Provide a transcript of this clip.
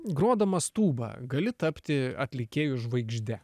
grodamas tūba gali tapti atlikėju žvaigžde